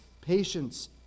patience